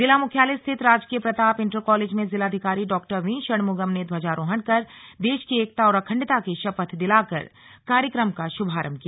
जिला मुख्यालय स्थित राजकीय प्रताप इण्टर कालेज में जिलाधिकारी डॉ वीषणमुगम ने ध्वजारोहण कर देश की एकता और अखण्डता की शपथ दिलाकर कार्यक्रम का श्भारम्भ किया